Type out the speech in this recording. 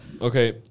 Okay